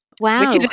Wow